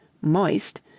moist